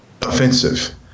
offensive